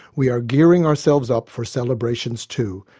we are gearing ourselves up for celebrations too,